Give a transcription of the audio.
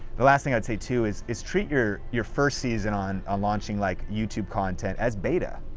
the last thing i'd say, too, is is treat your your first season on on launching like youtube content as beta.